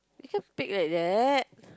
you can't pick like that